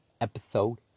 episode